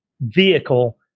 vehicle